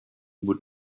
would